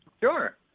Sure